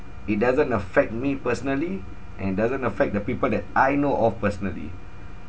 it doesn't affect me personally and doesn't affect the people that I know of personally